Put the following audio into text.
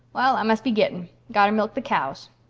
wall, i must be gitting. gotter milk the cows.